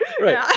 Right